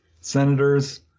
senators